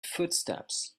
footsteps